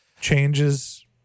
changes